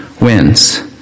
Wins